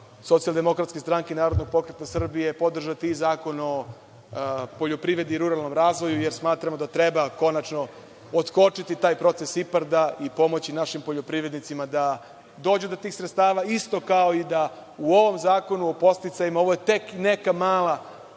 poslanička grupa SDS -Narodni pokret Srbije podržati i Zakon o poljoprivredi i ruralnom razvoju, jer smatramo da treba konačno otkočiti taj proces IPARD i pomoći našim poljoprivrednicima da dođu do tih sredstava, isto kao i da u ovom Zakonu o podsticajima, ovo je tek neka mala,